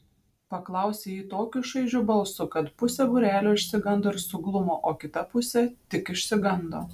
paklausė ji tokiu šaižiu balsu kad pusė būrelio išsigando ir suglumo o kita pusė tik išsigando